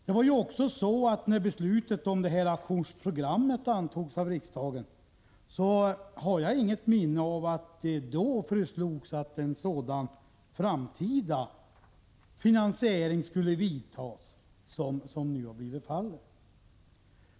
Jag har inget minne av att det, när beslutet om aktionsprogrammet antogs av riksdagen, föreslogs att en sådan framtida finansiering skulle genomföras som den som nu har blivit aktuell.